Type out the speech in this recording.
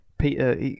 Peter